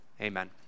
Amen